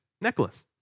necklace